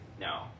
No